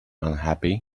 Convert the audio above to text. unhappy